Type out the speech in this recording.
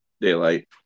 daylight